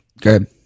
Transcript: good